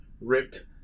ripped